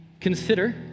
consider